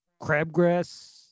crabgrass